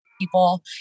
people